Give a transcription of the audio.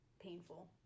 painful